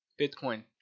Bitcoin